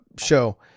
show